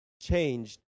changed